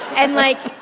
and like,